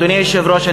אדוני היושב-ראש,